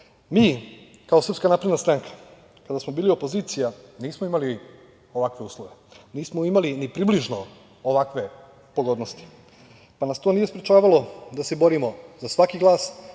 da opovrgne ovo. Mi kao SNS kada smo bili opozicija, nismo imali ovakve uslove, nismo imali ni približno ovakve pogodnosti, pa nas to nije sprečavalo da se borimo za svaki glas,